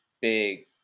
big